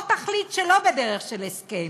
או תחליט שלא בדרך של הסכם,